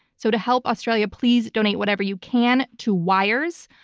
so to help australia, please donate whatever you can to wires,